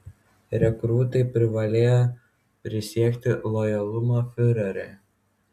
rekrūtai privalėjo prisiekti lojalumą fiureriui